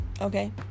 okay